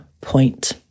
point